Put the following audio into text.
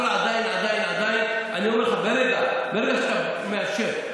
אני אומר לך, ברגע שאתה מאשר,